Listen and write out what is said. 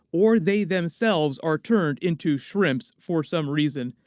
or they themselves are turned into shrimps for some reason.